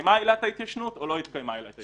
התקיימה עילת ההתיישנות או לא התקיימה עילת ההתיישנות.